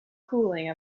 cooling